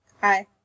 Hi